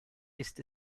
ist